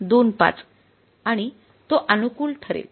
२५ आणि तो अनुकूल ठरेल